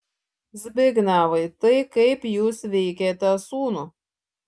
zbignevai tai kaip jūs veikiate sūnų